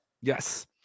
Yes